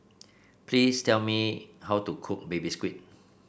please tell me how to cook Baby Squid